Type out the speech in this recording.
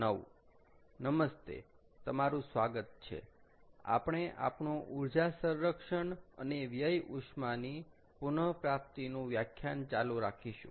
નમસ્તે તમારું સ્વાગત છે આપણે આપણો ઊર્જા સંરક્ષણ અને વ્યય ઉષ્માની પુનપ્રાપ્તિનું વ્યાખ્યાન ચાલુ રાખીશું